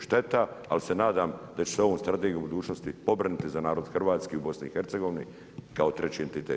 Šteta, ali se nadam da će se ovom strategijom u budućnosti pobrinuti za narod hrvatske u BiH kao treći entitet.